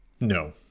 No